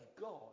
God